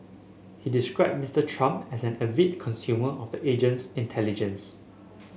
he described Mister Trump as an avid consumer of the agency's intelligence